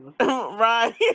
right